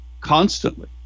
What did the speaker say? constantly